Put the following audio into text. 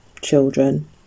children